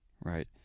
Right